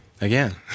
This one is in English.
Again